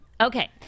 Okay